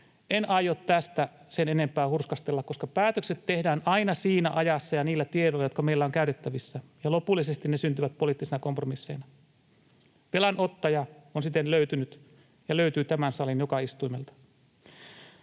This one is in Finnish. En aio tästä sen enempää hurskastella, koska päätökset tehdään aina siinä ajassa ja niillä tiedoilla, jotka meillä on käytettävissä, ja lopullisesti ne syntyvät poliittisina kompromisseina. Velanottaja on siten löytynyt ja löytyy tämän salin joka istuimelta.